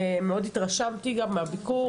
מאוד התרשמתי גם מהביקור,